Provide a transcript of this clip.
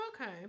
Okay